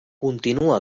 continua